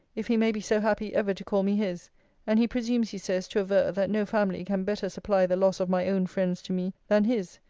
if he may be so happy ever to call me his and he presumes, he says, to aver, that no family can better supply the loss of my own friends to me than his,